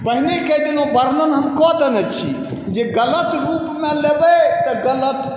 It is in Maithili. पहिनहि कहि देलहुँ वर्णन हम कऽ देने छी जे गलत रूपमे लेबै तऽ गलत